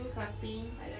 do cupping